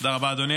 תודה רבה, אדוני.